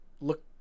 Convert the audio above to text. Look